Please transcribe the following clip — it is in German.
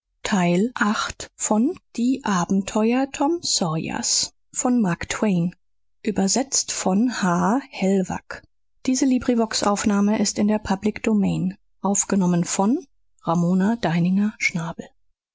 die abenteuer tom sawyers